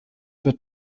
wird